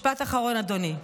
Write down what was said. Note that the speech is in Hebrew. משפט אחרון, אדוני.